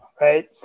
right